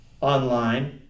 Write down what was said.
online